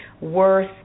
worth